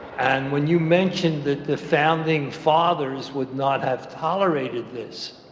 and when you mentioned that the founding fathers would not have tolerated this,